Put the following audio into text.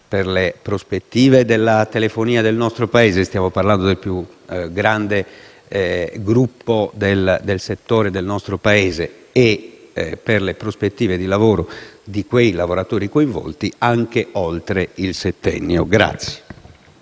per le prospettive della telefonia del nostro Paese, in quanto stiamo parlando del più grande gruppo del settore del nostro Paese, e per le prospettive di lavoro dei lavoratori coinvolti, che si vada anche oltre il settennio.